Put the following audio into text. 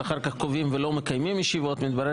אחר כך קובעים ולא מקיימים ישיבות כי מתברר